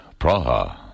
Praha